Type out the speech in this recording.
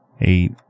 eight